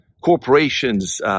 corporations